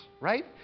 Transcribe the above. right